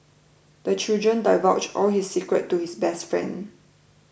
the children divulged all his secrets to his best friend